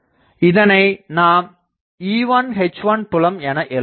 இதனை நாம் E1H1புலம் என எழுதலாம்